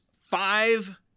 five